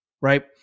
right